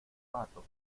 pato